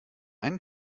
einen